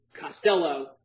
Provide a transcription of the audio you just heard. Costello